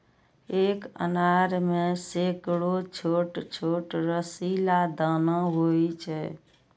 एक अनार मे सैकड़ो छोट छोट रसीला दाना होइ छै